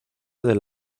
del